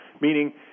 meaning